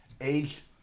age